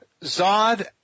Zod